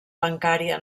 bancària